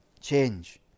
change